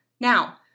Now